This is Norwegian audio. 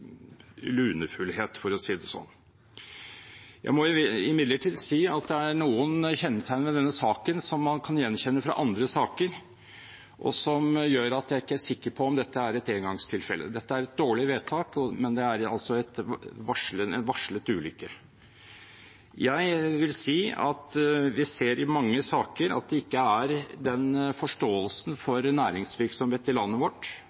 lunefullhet, for å si det sånn. Jeg må imidlertid si at det er noen kjennetegn ved denne saken som man kan gjenkjenne fra andre saker, og som gjør at jeg ikke er sikker på om dette er et engangstilfelle. Dette er et dårlig vedtak, men det er altså en varslet ulykke. Jeg vil si at vi i mange saker ser at det ikke er den forståelsen for næringsvirksomhet i landet vårt